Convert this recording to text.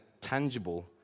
tangible